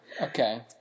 Okay